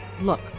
Look